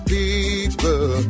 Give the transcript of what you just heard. people